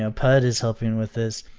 ah pud is helping with this,